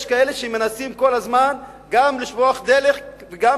יש כאלה שמנסים כל הזמן גם לשפוך דלק וגם